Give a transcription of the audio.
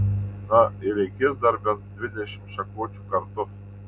na ir reikės dar bent dvidešimt šakočių kartu